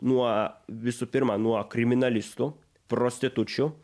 nuo visų pirma nuo kriminalistų prostitučių